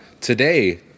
today